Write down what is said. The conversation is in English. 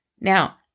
Now